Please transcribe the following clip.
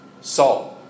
salt